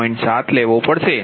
7 લેવો પડશે